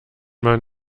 man